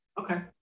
Okay